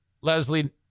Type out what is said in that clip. Leslie